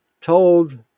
told